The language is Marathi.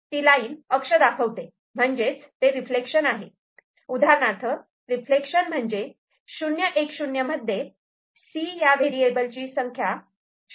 ती लाईन अक्ष दाखवते म्हणजेच ते रिफ्लेक्शन आहे उदाहरणार्थ रिफ्लेक्शन म्हणजे 010 मध्ये C या व्हेरिएबल ची संख्या झिरो चा एक होतो